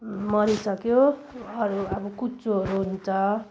मरिसक्यो अरू अब कुच्चोहरू हुन्छ